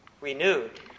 renewed